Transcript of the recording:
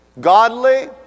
Godly